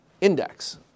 index